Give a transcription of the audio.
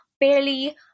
barely